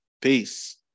Peace